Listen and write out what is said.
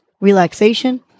relaxation